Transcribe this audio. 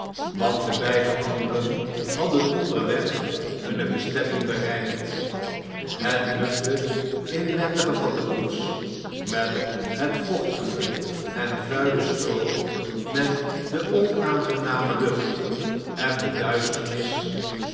want de beide anderen hadden onderweg hunne bestemming bereikt het muffe inwendige van de koets met het vochtige en vuile stroo met de onaangename lucht en de duisternis